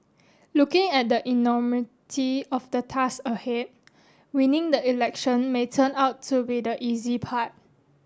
looking at the enormity of the tasks ahead winning the election may turn out to be the easy part